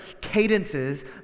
cadences